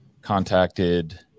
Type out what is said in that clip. contacted